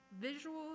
visual